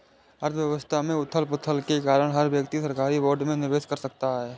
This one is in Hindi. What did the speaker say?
अर्थव्यवस्था में उथल पुथल के कारण हर व्यक्ति सरकारी बोर्ड में निवेश कर रहा है